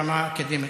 ברמה האקדמית,